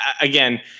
again –